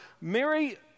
Mary